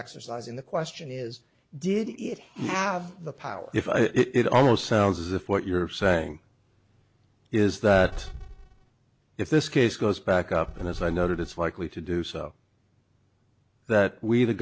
exercising the question is did it have the power if it almost sounds as if what you're saying is that if this case goes back up and as i noted it's likely to do so that we the